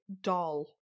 doll